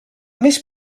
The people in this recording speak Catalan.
més